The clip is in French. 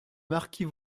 marquis